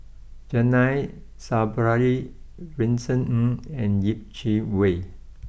Zainal Sapari Vincent Ng and Yeh Chi Wei